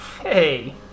Hey